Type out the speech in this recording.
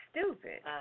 stupid